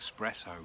espresso